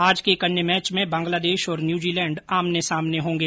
आज के एक अन्य मैच में बांग्लादेश और न्यूजीलैंड आमने सामने होंगे